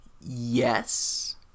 Yes